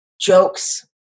jokes